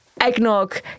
eggnog